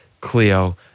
Cleo